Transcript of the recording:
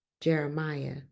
Jeremiah